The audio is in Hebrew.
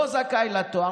לא זכאי לתואר.